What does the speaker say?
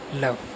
Love